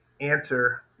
answer